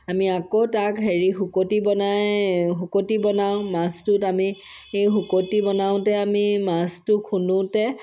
আমি আকৌ তাক হেৰি শুকতি বনাই শুকতি বনাওঁ মাছটোত আমি এই শুকতি বনাওঁতে আমি মাছটো খুন্দোতে